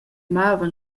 mavan